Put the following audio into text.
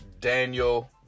Daniel